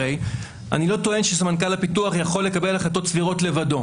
אני לא טוען שסמנכ"ל הפיתוח יכול לקבל החלטות סבירות לבדו.